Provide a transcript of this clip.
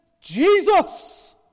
Jesus